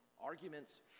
arguments